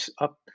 up